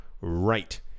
right